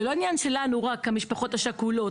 זה לא עניין שלנו רק המשפחות השכולות.